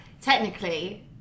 technically